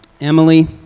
Emily